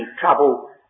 trouble